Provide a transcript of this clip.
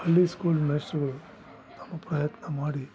ಹಳ್ಳಿ ಸ್ಕೂಲ್ ಮೇಶ್ಟ್ರುಗಳು ತಮ್ಮ ಪ್ರಯತ್ನಮಾಡಿ